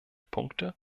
punkte